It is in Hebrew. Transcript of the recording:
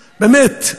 באמת,